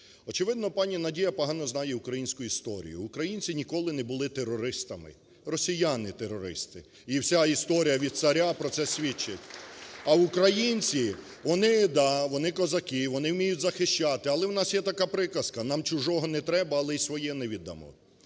Очевидно, пані Надія погано знає українську історію. Українці ніколи не були терористами, росіяни – терористи і вся історія від царя про це свідчить. (Оплески) А українці, вони, да, вони – козаки, вони вміють захищати. Але в нас є така приказка: нам чужого не треба, але й свого не віддамо.